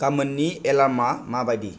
गामोननि एलार्मा मा बादि